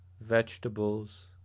vegetables